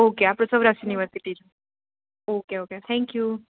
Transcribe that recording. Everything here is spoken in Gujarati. ઓકે આપણો સૌરાષ્ટ્રની વચ્ચેથી જ ઓકે ઓકે થેન્ક યૂ